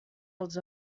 els